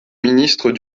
ministre